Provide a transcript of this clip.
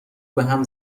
بهم